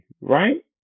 right